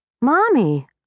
Mommy